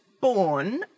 born